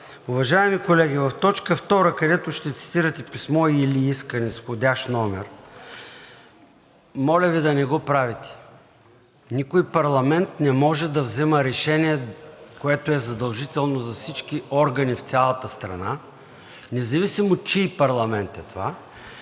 Уважаеми колеги, в точка втора, където ще цитирате писмо или искане с входящ номер, моля Ви да не го правите. Никой парламент не може да взима решение, което е задължително за всички органи в цялата страна, независимо чий парламент е това,